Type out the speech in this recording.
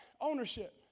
ownership